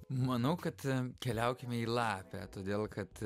manau kad keliaukime į lapę todėl kad